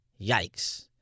Yikes